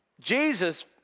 Jesus